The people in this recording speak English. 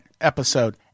episode